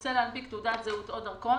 ורוצה להנפיק תעודת זהות או דרכון,